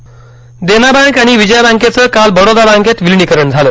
bank विलीनीकरण Dena bank आणि विजया बँकेचं काल बडोदा बँकेत विलीनीकरण झालं